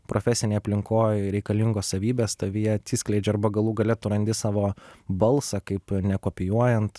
profesinėj aplinkoj reikalingos savybės tavyje atsiskleidžia arba galų gale tu randi savo balsą kaip nekopijuojant